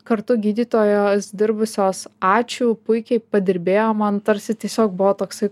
kartu gydytojos dirbusios ačiū puikiai padirbėjom man tarsi tiesiog buvo toksai